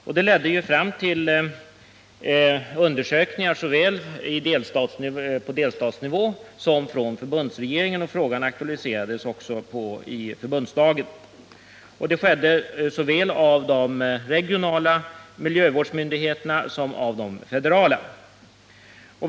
Detta ledde fram till under sökningar både på delstatsnivå och av förbundsregeringen, och frågan aktualiserades också i förbundsdagen. Undersökningarna företogs såväl av de regionala miljövårdsmyndigheterna som av de federala myndigheterna.